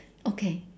okay